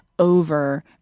over